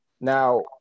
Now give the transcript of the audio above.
now